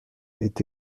est